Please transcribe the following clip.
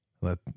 Let